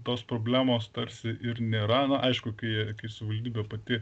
tos problemos tarsi ir nėra na aišku kai kai savivaldybė pati